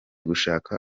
gushaka